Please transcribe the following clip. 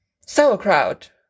sauerkraut